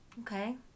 Okay